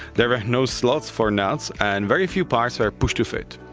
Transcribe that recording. there were no slots for nuts and very few parts ah were push-to-fit.